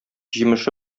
җимеше